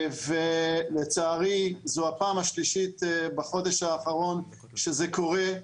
ולצערי זו הפעם השלישית בחודש האחרון שזה קורה.